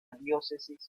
diócesis